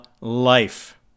life